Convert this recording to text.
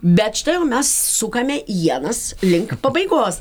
bet štai jau mes sukame ienas link pabaigos